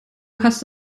hast